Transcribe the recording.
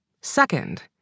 Second